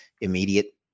immediate